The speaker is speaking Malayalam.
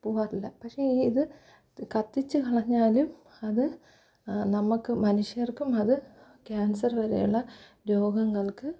പോകാറില്ല പക്ഷെ ഇത് കത്തിച്ച് കളഞ്ഞാലും അത് നമ്മള്ക്ക് മനുഷ്യർക്കും അത് ക്യാൻസർ വരെ ഉള്ള രോഗങ്ങൾക്ക്